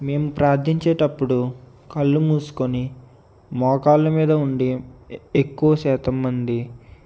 మేము ప్రార్థించేటప్పుడు కళ్ళు మూసుకొని మోకాళ్ళ మీద ఉండి ఎక్ ఎక్కువ శాతం మంది